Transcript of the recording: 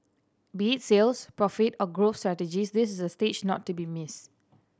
be it sales profit or growth strategies this is a stage not to be missed